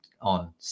on